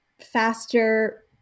faster